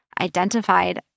identified